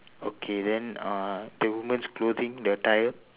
okay then uh the woman's clothing the type